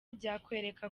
byakwereka